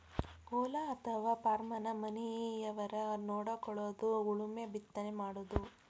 ಹೊಲಾ ಅಥವಾ ಪಾರ್ಮನ ಮನಿಯವರ ನೊಡಕೊಳುದು ಉಳುಮೆ ಬಿತ್ತನೆ ಮಾಡುದು